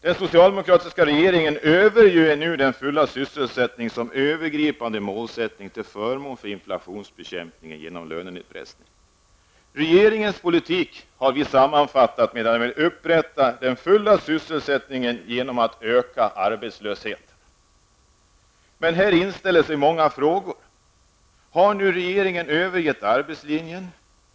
Den socialdemokratiska regeringen överger nu den fulla sysselsättningen som övergripande mål till förmån för inflationsbekämpning genom lönenedpressning. Regeringens politik kan sammanfattas med att den vill upprätthålla den fulla sysselsättningen genom att öka arbetslösheten. Här inställer sig många frågor. Har regeringen nu övergett arbetslinjen?